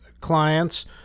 Clients